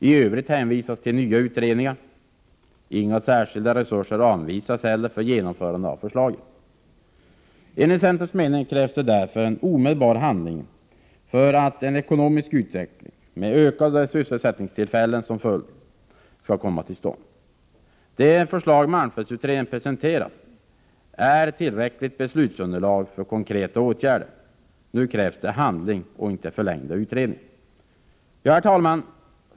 I övrigt hänvisas till nya utredningar. Inga särskilda resurser anvisas heller för ett genomförande av förslagen. Enligt centerns mening krävs det omedelbar handling för att få en ekonomisk utveckling med ökade sysselsättningstillfällen som följd. De förslag malmfältsutredningen presenterat utgör ett tillräckligt beslutsunderlag för konkreta åtgärder. Nu krävs det handling och inte förlängda utredningar. Herr talman!